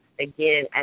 again